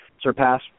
surpass